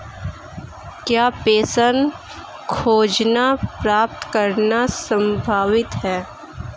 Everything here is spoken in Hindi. क्या पेंशन योजना प्राप्त करना संभव है?